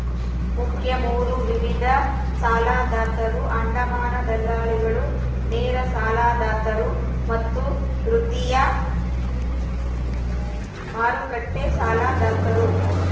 ಮುಖ್ಯ ಮೂರು ವಿಧದ ಸಾಲದಾತರು ಅಡಮಾನ ದಲ್ಲಾಳಿಗಳು, ನೇರ ಸಾಲದಾತರು ಮತ್ತು ದ್ವಿತೇಯ ಮಾರುಕಟ್ಟೆ ಸಾಲದಾತರು